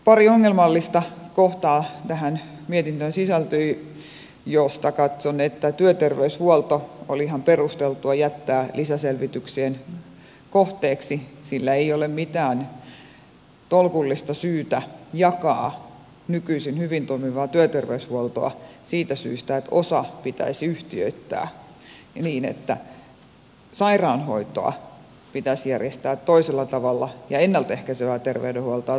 pari ongelmallista kohtaa tähän mietintöön sisältyi joista katson että työterveyshuolto oli ihan perusteltua jättää lisäselvityksien kohteeksi sillä ei ole mitään tolkullista syytä jakaa nykyisin hyvin toimivaa työterveyshuoltoa siitä syystä että osa pitäisi yhtiöittää niin että sairaanhoitoa pitäisi järjestää toisella tavalla ja ennalta ehkäisevää terveydenhuoltoa toisella tavalla